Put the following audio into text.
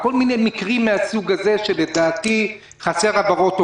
יש כל מיני מקרים מהסוג הזה שלדעתי חסרות לגביהם הבהרות.